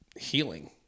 healing